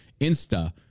Insta